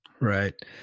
Right